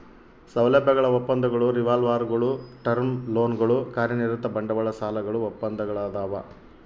ಸೌಲಭ್ಯಗಳ ಒಪ್ಪಂದಗಳು ರಿವಾಲ್ವರ್ಗುಳು ಟರ್ಮ್ ಲೋನ್ಗಳು ಕಾರ್ಯನಿರತ ಬಂಡವಾಳ ಸಾಲಗಳು ಒಪ್ಪಂದಗಳದಾವ